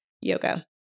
yoga